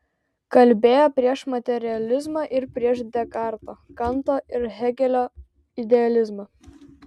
kalbėjo prieš materializmą ir prieš dekarto kanto ir hėgelio idealizmą